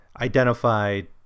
identified